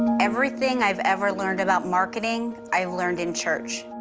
everything i've ever learned about marketing. i learned in church